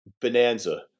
bonanza